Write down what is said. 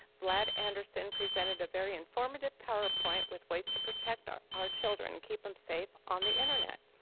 vlad anderson presented a very informative power point with ways to protect our our children, keep them safe on the internet.